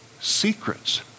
secrets